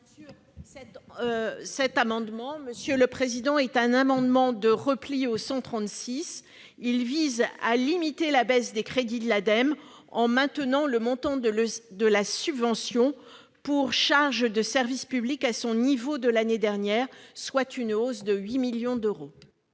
Cet amendement de repli par rapport à l'amendement n° II-136 vise à limiter la baisse des crédits de l'Ademe en maintenant le montant de la subvention pour charges de service public à son niveau de l'année dernière, soit une hausse de 8 millions d'euros